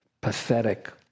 pathetic